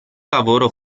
lavoro